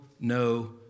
no